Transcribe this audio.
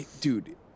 Dude